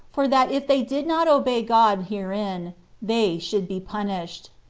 for that if they did not obey god herein, they should be punished.